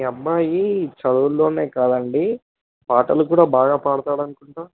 మీ అబ్బాయి చదువులో కాదండి పాటలు కూడా బాగా పాడతాడు అనుకుంటాను